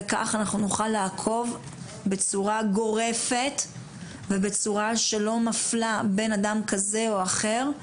וכך אנחנו נוכל לעקוב בצורה גורפת ובצורה שלא מפלה בין אדם כזה או אחר,